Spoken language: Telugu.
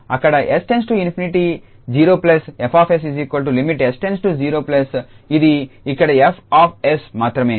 అక్కడ 𝑠 → 0 𝐹𝑠 లిమిట్ 𝑠 → 0 ఇది ఇక్కడ 𝐹𝑠 మాత్రమే